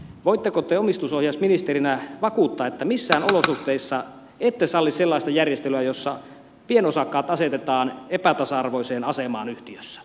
voitteko te omistusohjausministerinä vakuuttaa että missään olosuhteissa ette salli sellaista järjestelyä jossa pienosakkaat asetetaan epätasa arvoiseen asemaan yhtiössä